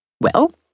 Well